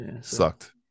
Sucked